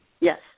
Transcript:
Yes